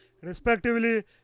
respectively